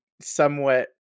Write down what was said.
somewhat